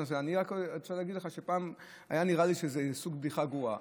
אני רק רוצה להגיד לך שפעם היה נראה לי שזה סוג של בדיחה גרועה,